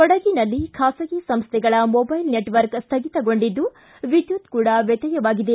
ಕೊಡಗಿನಲ್ಲಿ ಖಾಸಗಿ ಸಂಸ್ಥೆಗಳ ಮೊದೈಲ್ ನೆಚ್ ವರ್ಕ್ ಸೃಗಿತಗೊಂಡಿದ್ದು ವಿದ್ಯುತ್ ಕೂಡ ವ್ಯತ್ಯಯವಾಗಿದೆ